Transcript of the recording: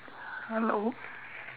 hello